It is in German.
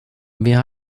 wie